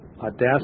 audacity